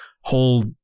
whole